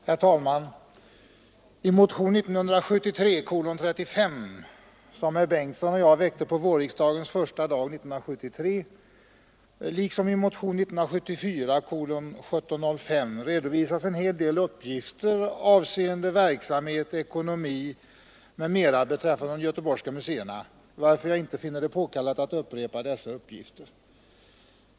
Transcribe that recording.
Herr talman! I motionen 1973:35, som herr Bengtsson i Göteborg och jag väckte på vårriksdagens första dag 1973, liksom i motionen 1974:1705 redovisas en hel del uppgifter avseende verksamhet, ekonomi m. m, beträffande de göteborgska museerna, varför jag inte finner det påkallat att upprepa dessa uppgifter.